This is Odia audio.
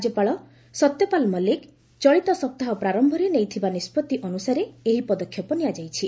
ରାଜ୍ୟପାଳ ସତ୍ୟପାଳ ମଲିକ୍ ଚଳିତ ସପ୍ତାହ ପ୍ରାରମ୍ଭରେ ନେଇଥିବା ନିଷ୍କଭି ଅନୁସାରେ ଏହି ପଦକ୍ଷେପ ନିଆଯାଇଛି